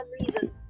reason